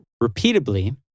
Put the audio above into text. repeatedly